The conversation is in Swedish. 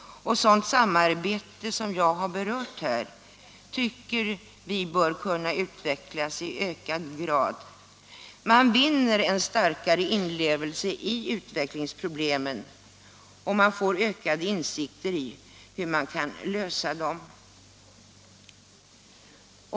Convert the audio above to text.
Ett sådant samarbete som jag här har talat om tycker vi bör kunna utvecklas i ökad grad. Man får en starkare inlevelse i utvecklingsproblemen, och man får ökade insikter i hur man kan lösa dem.